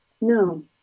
No